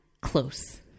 close